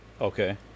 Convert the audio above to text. Okay